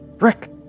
Rick